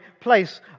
place